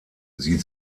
sie